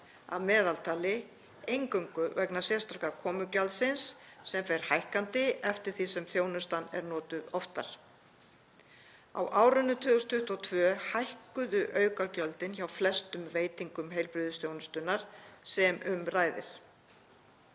að meðaltali, eingöngu vegna sérstaka komugjaldsins sem fer hækkandi eftir því sem þjónustan er notuð oftar. Á árinu 2022 hækkuðu aukagjöldin hjá flestum veitendum heilbrigðisþjónustunnar sem um ræðir.